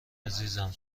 عزیزم